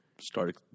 start